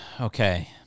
Okay